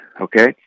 okay